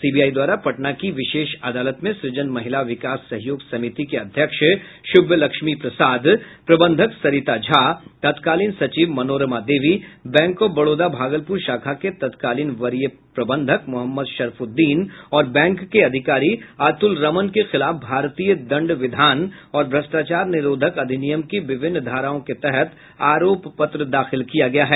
CBI द्वारा पटना की विशेष अदालत में सृजन महिला विकास सहयोग समिति के अध्यक्ष श्रभलक्ष्मी प्रसाद प्रबंधक सरीता झा तत्कालीन सचिव मनोरमा देवी बैंक ऑफ बड़ौदा भागलपुर शाखा के तत्कालीन वरीय प्रबंधक मोहम्मद शरफुद्दीन और बैंक के अधिकारी अतुल रमन के खिलाफ भारतीय दंड विधान और भ्रष्टाचार निरोधक अधिनियम की विभिन्न धाराओं के तहत आरोप पत्र दाखिल किया गया है